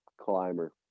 climber